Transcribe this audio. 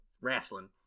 Wrestling